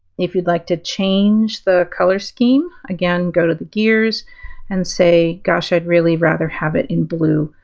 if you'd like to change the color scheme, again go to the gears and say gosh i'd really rather have it in blue.